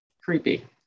creepy